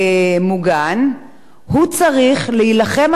הוא צריך להילחם על זכותו האינדיבידואלית,